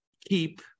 keep